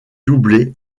doublé